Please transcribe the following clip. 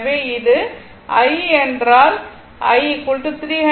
எனவே இது i என்றால் i 300 40 60